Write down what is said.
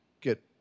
Get